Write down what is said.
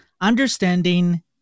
understanding